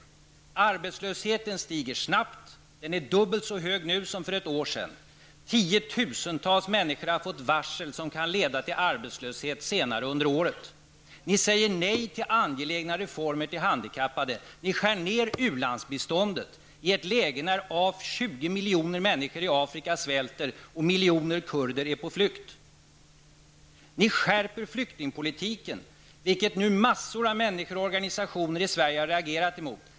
Arbetslösheten stiger snabbt. Den är dubbelt så hög nu som för ett år sedan. Tiotusentals människor har fått varsel som kan leda till arbetslöshet senare under året. Ni säger nej till angelägna reformer beträffande handikappade, ni skär ned u-landsbiståndet i ett läge då 20 miljoner människor i Afrika svälter och miljoner kurder är på flykt. Ni skärper flyktingpolitiken, vilket mängder av människor och organisationer i Sverige har reagerat emot.